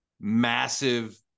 massive